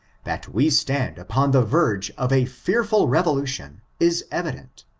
that we stand upon the verge of a fearful revolution, is evident,